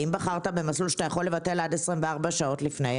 אם בחרת במסלול שאתה יכול לבטל עד 24 שעות לפני,